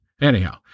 Anyhow